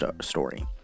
story